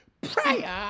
Prayer